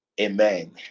Amen